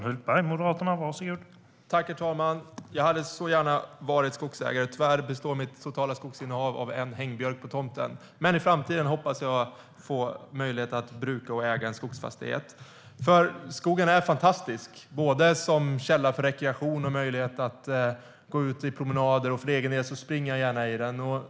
Herr talman! Jag hade så gärna varit skogsägare. Tyvärr består mitt totala skogsinnehav av en hängbjörk på tomten. Men i framtiden hoppas jag få möjlighet att bruka och äga en skogsfastighet, för skogen är fantastisk som källa för rekreation och möjlighet att gå ut på promenader, och för egen del springer jag gärna i den.